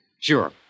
Sure